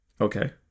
okay